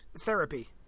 therapy